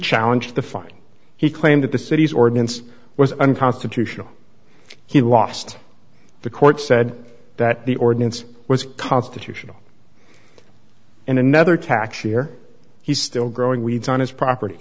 challenge the fine he claimed that the city's ordinance was unconstitutional he lost the court said that the ordinance was constitutional in another tax year he's still growing weeds on his property